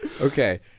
Okay